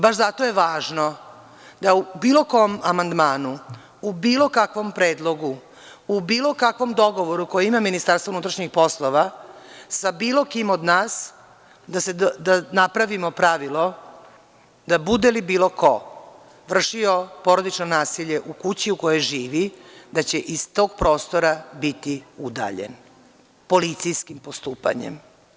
Baš zato je važno da u bilo kom amandmanu u bilo kakvom predlogu, u bilo kakvom dogovoru koji ima MUP-a sa bilo kim od nas da napravimo pravilo, da bude li bilo ko vršio porodično nasilje u kući u kojoj živi da će iz tog prostora biti udaljen policijskim postupanjem.